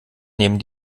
nehmen